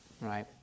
right